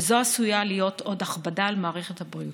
וזו עשויה להיות עוד הכבדה על מערכת הבריאות.